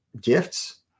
gifts